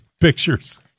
pictures